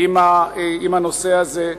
עם הנושא הזה.